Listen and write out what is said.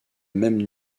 même